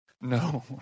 No